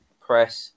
press